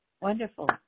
Wonderful